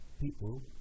people